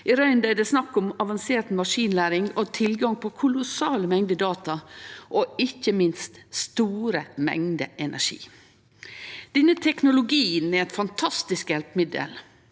I røynda er det snakk om avansert maskinlæring og tilgang på kolossale mengder data og ikkje minst store mengder energi. Denne teknologien er eit fantastisk hjelpemiddel